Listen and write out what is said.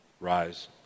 rise